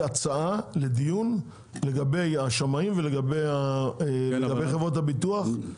הצעה לדיון לגבי השמאים ולגבי חברות הביטוח.